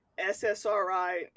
SSRI